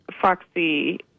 Foxy